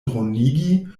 dronigi